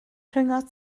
rhyngot